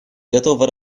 готова